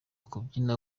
kubyina